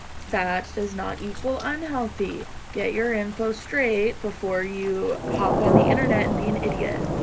fat does not equal unhealthy. get your info straight before you hop on the internet and be an idiot.